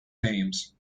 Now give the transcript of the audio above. names